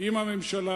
עם הממשלה.